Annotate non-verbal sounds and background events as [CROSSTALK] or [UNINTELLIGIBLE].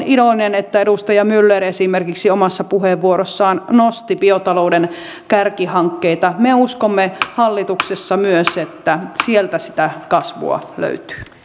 [UNINTELLIGIBLE] iloinen että edustaja myller esimerkiksi omassa puheenvuorossaan nosti biotalouden kärkihankkeita me uskomme hallituksessa myös että [UNINTELLIGIBLE] sieltä sitä kasvua löytyy